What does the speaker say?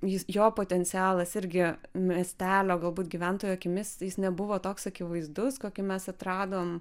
jis jo potencialas irgi miestelio galbūt gyventojo akimis jis nebuvo toks akivaizdus kokį mes atradom